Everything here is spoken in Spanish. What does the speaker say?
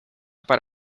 para